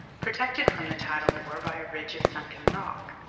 protected from the tidal bore by a ridge of sunken rock.